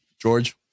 George